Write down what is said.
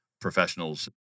professionals